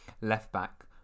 left-back